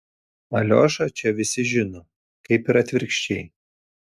aliošą čia visi žino kaip ir atvirkščiai